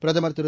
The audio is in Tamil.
பிரதமர் திரு